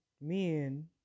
men